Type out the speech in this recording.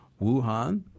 Wuhan